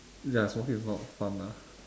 ya smoking is not fun ah